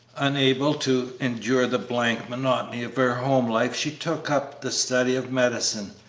unable to endure the blank monotony of her home life she took up the study of medicine,